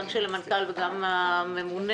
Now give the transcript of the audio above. גם של המנכ"ל וגם של הממונה,